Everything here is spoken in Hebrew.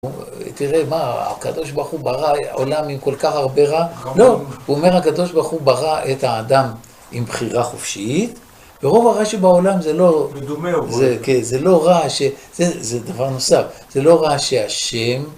תראה, מה, הקדוש ברוכו ברא העולם עם כל כך הרבה רע? לא, הוא אומר, הקדוש ברוכו ברא את האדם עם בחירה חופשית ורוב הרע שבעולם זה לא... מדומה, הוא רואה את זה. זה לא רע ש... זה דבר נוסף. זה לא רע שהשם...